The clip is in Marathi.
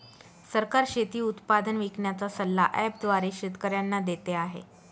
सरकार शेती उत्पादन विकण्याचा सल्ला ॲप द्वारे शेतकऱ्यांना देते आहे